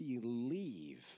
believe